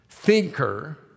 thinker